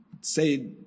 say